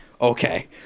Okay